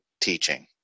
teaching